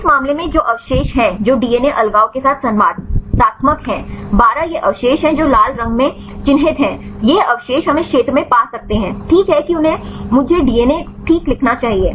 इस मामले में जो अवशेष हैं जो डीएनए अलगाव के साथ संवादात्मक हैं 12 ये अवशेष हैं जो लाल रंग में चिह्नित हैं ये अवशेष हम इस क्षेत्र में पा सकते हैं ठीक है कि उन्हें मुझे डीएनए ठीक लिखना चाहिए